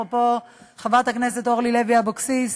אפרופו חברת הכנסת אורלי לוי אבקסיס.